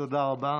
תודה רבה.